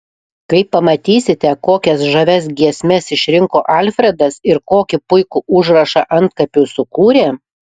kai pamatysite kokias žavias giesmes išrinko alfredas ir kokį puikų užrašą antkapiui sukūrė